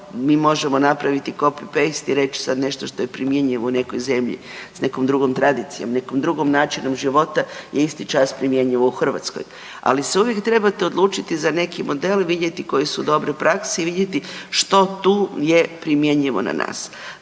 da možemo napraviti copy-paste i reći sad nešto što je primjenjivo u nekoj zemlji s nekom drugom tradicijom, nekim drugim načinom života je isti čas primjenjivo u Hrvatskoj, ali se uvijek trebate odlučiti za neki model, vidjeti koje su dobre prakse i vidjeti što tu je primjenjivo na nas.